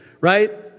right